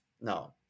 No